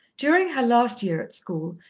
during her last year at school,